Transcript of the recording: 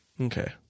Okay